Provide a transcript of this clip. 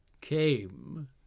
came